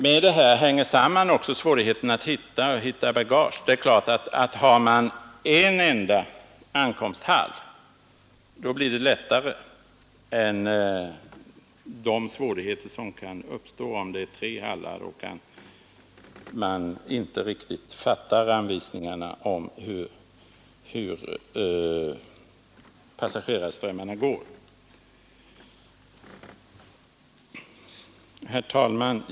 Med det här sammanhänger också svårigheten att hitta bagage. Det är klart att med en enda ankomsthall blir det lättare än om det är tre hallar och man inte riktigt fattar anvisningarna om hur passagerarströmmarna Herr talman!